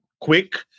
quick